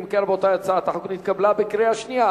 אם כן, רבותי, הצעת החוק נתקבלה בקריאה שנייה.